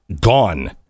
gone